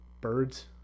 birds